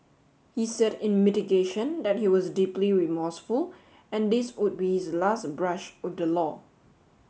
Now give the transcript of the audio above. he said in mitigation that he was deeply remorseful and this would be his last brush with the law